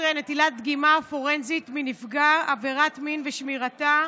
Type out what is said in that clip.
15) (נטילת דגימה פורנזית מנפגע עבירת מין ושמירתה).